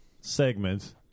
segment